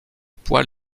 poil